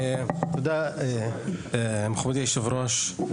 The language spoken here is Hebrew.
תודה לך כבוד היושב ראש,